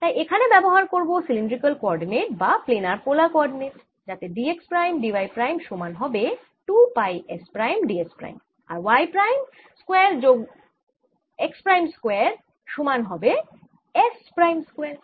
তাই এখানে ব্যবহার করব সিলিন্ড্রিকাল কোঅরডিনেট বা প্লেনার পোলার কোঅরডিনেট যাতে d x prime d y prime সমান হবে 2 pi S prime d s prime আর x প্রাইম স্কয়ার যোগ y প্রাইম স্কয়ার সমান হবে S প্রাইম স্কয়ার